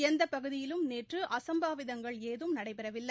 எந்த பகுதியிலும் நேற்று அசம்பாவிதங்கள் ஏதும் நடைபெறவில்லை